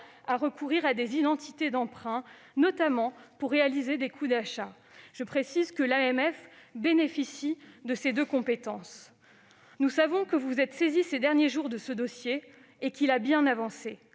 à recourir à des identités d'emprunt, notamment pour réaliser des « coups d'achat ». Je précise que l'AMF bénéficie de ces deux compétences. Nous le savons, vous vous êtes saisie ces derniers jours de ce dossier, qui a bien avancé.